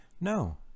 No